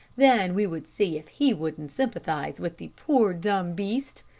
then we would see if he wouldn't sympathize with the poor, dumb beast.